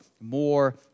more